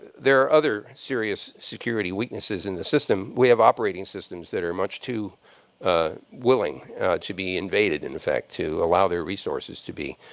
there are other serious security weaknesses in the system. we have operating systems that are much too ah willing to be invaded, in effect, to allow their resources to be